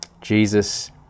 Jesus